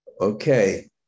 Okay